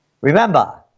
Remember